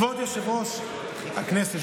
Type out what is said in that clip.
ידידי כבוד יושב-ראש הכנסת,